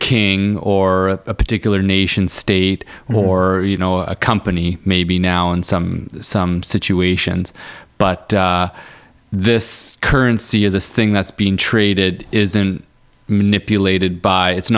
king or a particular nation state or you know a company maybe now in some some situations but this currency of this thing that's being treated isn't manipulated by it's